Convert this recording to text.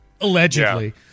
allegedly